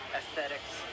aesthetics